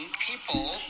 people